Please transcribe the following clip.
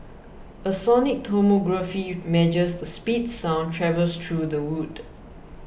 a sonic tomography measures the speed sound travels through the wood